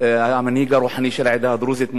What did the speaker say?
המנהיג הרוחני של העדה הדרוזית,